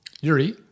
Yuri